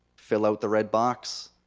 fill out the red box,